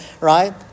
right